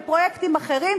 בפרויקטים אחרים,